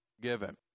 forgiven